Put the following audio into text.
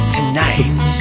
Tonight